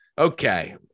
Okay